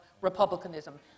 republicanism